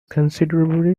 considerably